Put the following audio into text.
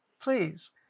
please